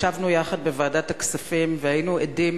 ישבנו יחד בוועדת הכספים והיינו עדים